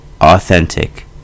authentic